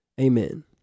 Amen